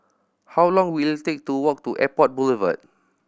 how long will it take to walk to Airport Boulevard